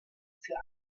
für